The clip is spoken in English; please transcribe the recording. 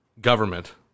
government